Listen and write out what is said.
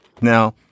Now